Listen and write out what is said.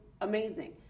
amazing